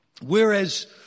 whereas